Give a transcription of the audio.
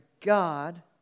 God